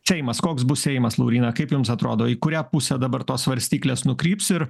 seimas koks bus seimas lauryna kaip jums atrodo į kurią pusę dabar tos svarstyklės nukryps ir